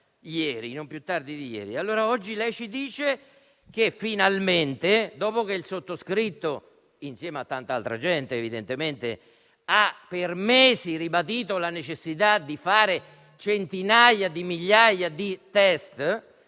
non più tardi di ieri. Oggi lei ci dice che finalmente, dopo che il sottoscritto (insieme a tanta altra gente, evidentemente) ha ribadito per mesi la necessità di fare centinaia di migliaia di test,